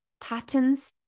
patterns